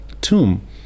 tomb